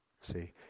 see